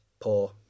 poor